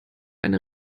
eine